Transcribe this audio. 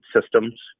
systems